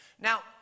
Now